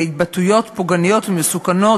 חבר הכנסת נסים זאב,